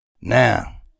Now